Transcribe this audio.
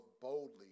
boldly